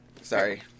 Sorry